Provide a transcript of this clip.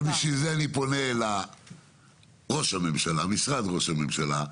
בשביל זה אני פונה לראש הממשלה ולמשרד ראש הממשלה.